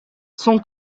son